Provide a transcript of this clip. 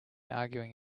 arguing